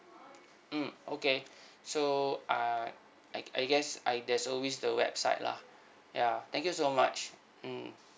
mm okay so I I I guess I there's always the website lah ya thank you so much mm